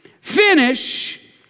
Finish